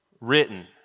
written